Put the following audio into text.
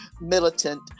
militant